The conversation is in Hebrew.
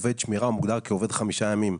עובד שמירה מוגדר כעובד 5 ימים.